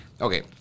Okay